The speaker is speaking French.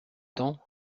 temps